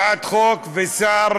לסיים, בבקשה.